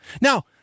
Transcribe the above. now